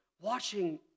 watching